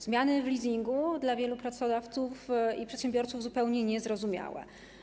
Zmiany w leasingu dla wielu pracodawców i przedsiębiorców są zupełnie niezrozumiałe.